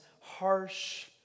harsh